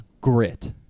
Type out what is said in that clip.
Grit